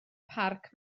parc